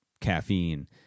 caffeine